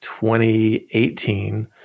2018